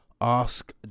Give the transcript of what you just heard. Ask